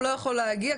הוא לא יכול להגיע,